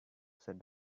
said